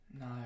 No